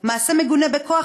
מעשה מגונה בכוח,